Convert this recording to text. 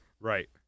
right